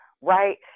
right